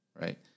Right